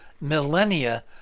millennia